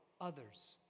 others